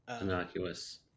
Innocuous